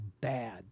bad